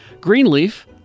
Greenleaf